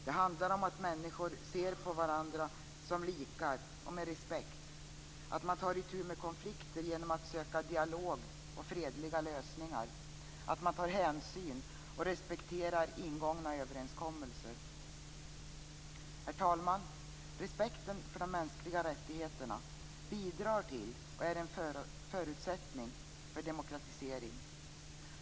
Det handlar om att människor ser på varandra som likar och med respekt, att man tar itu med konflikter genom att söka dialog och fredliga lösningar och att man tar hänsyn och respekterar ingångna överenskommelser. Herr talman! Respekten för de mänskliga rättigheterna bidrar till och är en förutsättning för demokratisering.